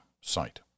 site